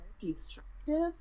destructive